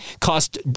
cost